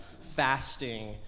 fasting